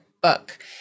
book